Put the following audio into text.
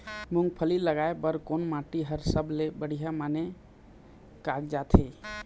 मूंगफली लगाय बर कोन माटी हर सबले बढ़िया माने कागजात हे?